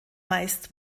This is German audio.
meist